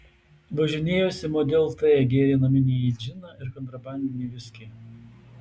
važinėjosi model t gėrė naminį džiną ir kontrabandinį viskį